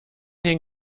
den